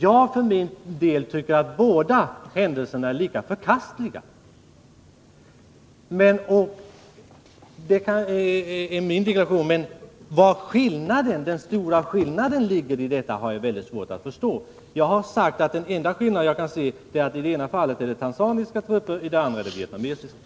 Jag tycker för min del att båda händelserna är lika förkastliga — men det är min bedömning. Vari den stora skillnaden mellan dessa båda fall ligger har jag dock svårt att förstå. Jag har sagt att den enda skillnad som jag kan se är att det i det ena fallet är fråga om tanzaniska trupper, i det andra vietnamesiska.